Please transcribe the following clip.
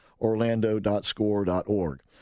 Orlando.score.org